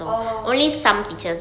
oh shoo~